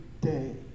day